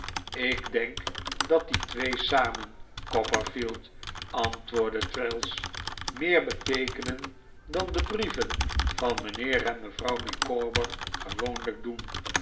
ik denk dat die twee samen copperfield antwoordde traddles meer beteekenen dan de brieven van mijnheer en mevrouw micawber gewoonlijk doen